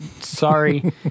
sorry